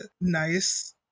nice